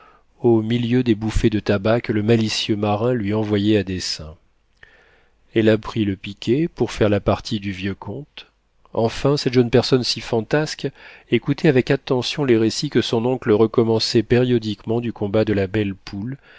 au milieu des bouffées de tabac que le malicieux marin lui envoyait à dessein elle apprit le piquet pour faire la partie du vieux comte enfin cette jeune personne si fantasque écoutait avec attention les récits que son oncle recommençait périodiquement du combat de la belle poule